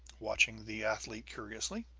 watching the athlete curiously.